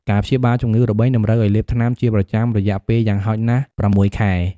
ការព្យាបាលជំងឺរបេងតម្រូវឱ្យលេបថ្នាំជាប្រចាំរយៈពេលយ៉ាងហោចណាស់ ៦ ខែ។